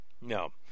No